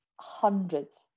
hundreds